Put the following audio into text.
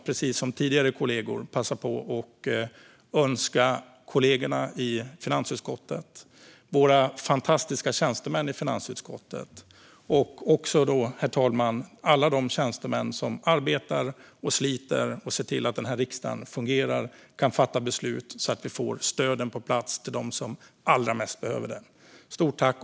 Precis som tidigare kollegor vill jag även passa på att önska en glad midsommar till kollegorna i finansutskottet, till våra fantastiska tjänstemän i finansutskottet och även, herr talman, till alla de tjänstemän som arbetar och sliter för att se till att riksdagen fungerar och kan fatta beslut så att vi får stöden på plats till dem som allra mest behöver det. Ett stort tack!